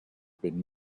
been